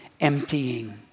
emptying